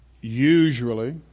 usually